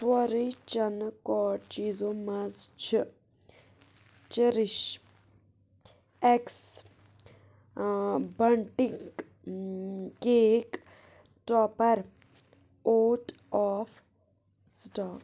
سورُے چنہٕ کارٹ چیٖزو مَنٛز چھِ چیٚرِش اٮ۪کس بنٛٹِک cake topper out of stock